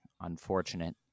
unfortunate